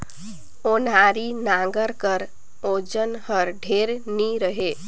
ओनारी नांगर कर ओजन हर ढेर नी रहें